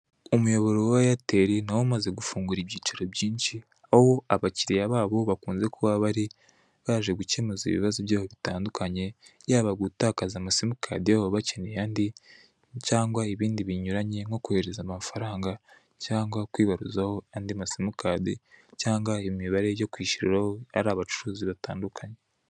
Umuyoboro wa Airtel niwo umaze gufungura ibyicaro byinshi aho abakiliya babo bakunze kuba abari baje gukemuza ibibazo byabo bitandukanye yaba gutakaza amasimukadi yabo bakeneye andi cyangwa ibindi binyuranye nko kuhereza amafaranga cyangwa kwibaruzaho andi masimukadi cyangwa imibare yo kwishyuriraho ari abacuruzi batandukanye.